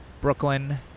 brooklyn